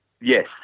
Yes